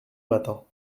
matin